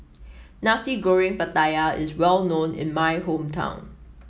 Nasi Goreng Pattaya is well known in my hometown